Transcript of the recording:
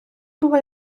було